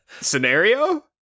scenario